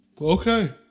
Okay